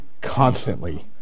constantly